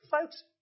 folks